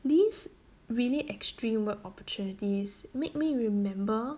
these really extreme work opportunities made me remember